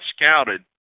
scouted